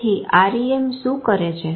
તેથી REM શું કરે છે